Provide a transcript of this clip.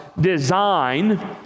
design